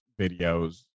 videos